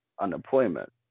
unemployment